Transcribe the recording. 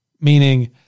meaning